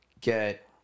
get